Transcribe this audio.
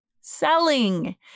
selling